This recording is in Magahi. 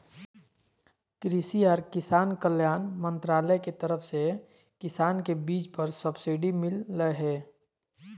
कृषि आर किसान कल्याण मंत्रालय के तरफ से किसान के बीज पर सब्सिडी मिल लय हें